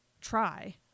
try